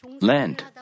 land